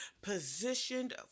Positioned